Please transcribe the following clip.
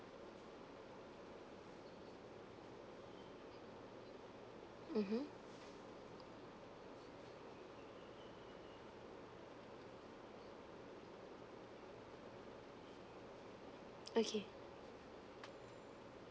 mmhmm okay